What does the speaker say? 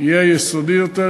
יהיה יסודי יותר,